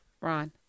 Ron